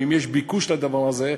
ואם יש ביקוש לדבר הזה,